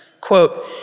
Quote